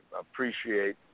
appreciate